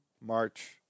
March